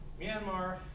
Myanmar